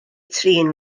trin